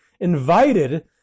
invited